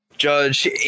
Judge